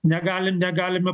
negali negalime